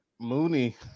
Mooney